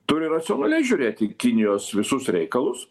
turi racionaliai žiūrėti į kinijos visus reikalus